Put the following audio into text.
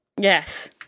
Yes